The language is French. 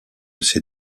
ces